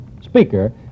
speaker